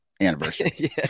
anniversary